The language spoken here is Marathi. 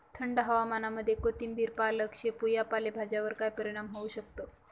थंड हवामानामध्ये कोथिंबिर, पालक, शेपू या पालेभाज्यांवर काय परिणाम होऊ शकतो?